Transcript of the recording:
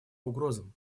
угрозам